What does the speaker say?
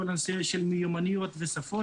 כל הנושא של מיומנויות ושפות.